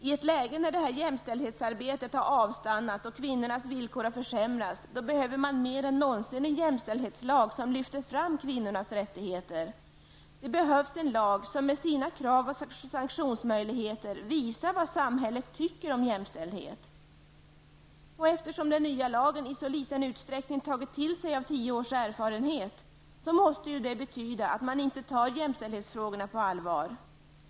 I ett läge när jämställdhetsarbetet avstannat och kvinnornas villkor försämras behövs mer än någonsin en jämställdhetslag som lyfter fram kvinnornas rättigheter. Det behövs en lag som med sina krav och sanktionsmöjligheter visar vad samhället tycker om jämställdhet. Att den nya lagen i så liten utsträckning tagit till sig av tio års erfarenhet måste betyda att man inte tar jämställdhetsfrågorna på allvar.